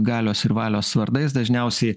galios ir valios vardais dažniausiai